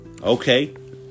okay